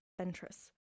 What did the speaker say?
Ventress